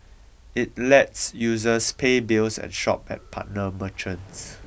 it lets users pay bills and shop at partner merchants